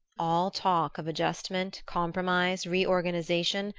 all talk of adjustment, compromise, reorganization,